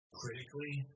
critically